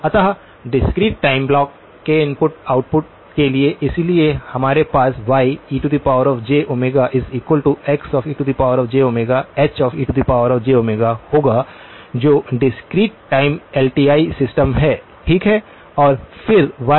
अतः discrete time block के input output के लिए इसलिए हमारे पास YejωXejωHejω होगा जो discrete time L T I system है ठीक है और फिर y पुनर्निर्माण सिग्नल देता है